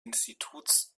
instituts